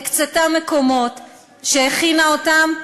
הקצתה מקומות שהכינה אותם למגורים,